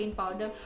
powder